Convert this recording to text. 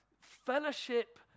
fellowship